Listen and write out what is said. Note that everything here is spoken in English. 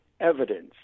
evidence